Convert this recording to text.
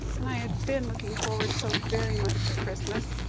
and i had been looking forward so very much to christmas,